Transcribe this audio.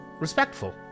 respectful